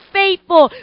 faithful